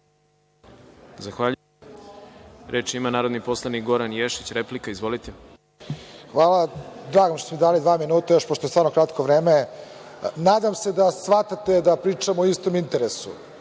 Zahvaljujem. Reč ima narodni poslanik Goran Ješić, replika. Izvolite. **Goran Ješić** Hvala. Drago mi je što ste mi dali dva minuta, pošto je stvarno kratko vreme. Nadam se da shvatate da pričamo o istom interesu,